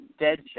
Deadshot